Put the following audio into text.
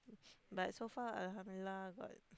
but so far alhamdulillah got